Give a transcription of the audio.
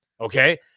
Okay